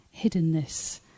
Hiddenness